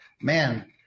man